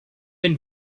been